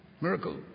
miracle